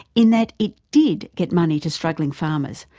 in that it did get money to struggling farmers,